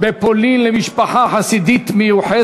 שבפולין למשפחה חסידית מיוחסת,